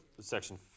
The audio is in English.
section